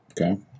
Okay